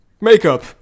makeup